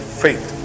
faith